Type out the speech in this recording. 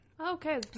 Okay